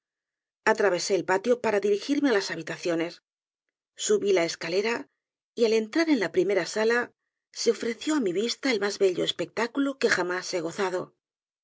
atravesé el patio para dirigirme á las habitaciones subí la escalera y al entrar en la primera sala se ofreció á mi vista el mas bello espectáculo que jamás he gozado